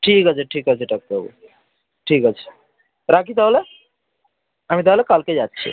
ঠিক আছে ঠিক আছে ডাক্তারবাবু ঠিক আছে রাখি তাহলে আমি তাহলে কালকে যাচ্ছি